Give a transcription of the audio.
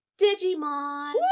Digimon